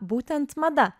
būtent mada